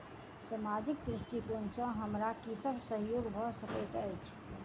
सामाजिक दृष्टिकोण सँ हमरा की सब सहयोग भऽ सकैत अछि?